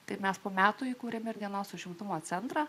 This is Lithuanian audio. tai mes po metų įkūrė dienos užimtumo centrą